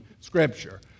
scripture